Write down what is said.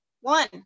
One